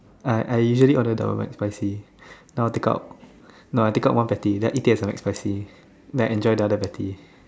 I I usually order the McSpicy now take out now I take out one patty then I eat it as a McSpicy then I enjoy the other patty